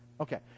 Okay